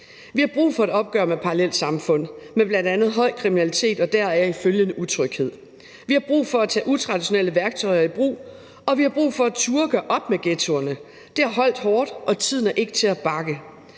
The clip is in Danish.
Vi har brug for et opgør med parallelsamfund med bl.a. høj kriminalitet og deraf følgende utryghed. Vi har brug for at tage utraditionelle værktøjer i brug, og vi har brug for at turde gøre op med ghettoerne. Det har holdt hårdt, og tiden er ikke til at bakke.